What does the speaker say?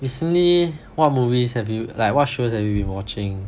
recently what movies have you like what shows have you been watching